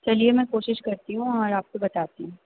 چلیے میں کوشش کرتی ہوں اور آپ کو بتاتی ہوں